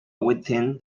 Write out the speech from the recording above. within